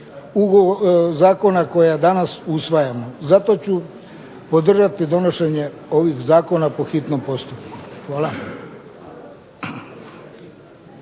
ovih zakona koja danas usvajamo. Zato ću podržati donošenje ovih zakona po hitnom postupku. Hvala.